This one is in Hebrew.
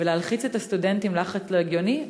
ולהלחיץ את הסטודנטים לחץ לא הגיוני.